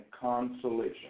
consolation